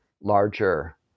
larger